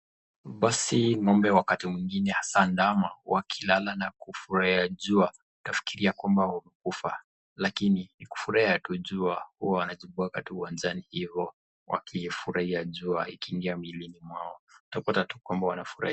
Basi ng'ombe wakati mwingine haswa ndama wakilala wakifurahiajua, utafikiria kwamba wamekufa, lakini ni kufurahia tu jua. Hua wanajibwaga tu uwanjani hivo wakifurahia jua ikiingia milini mwao utapata tu ni kwamba wanafurahia.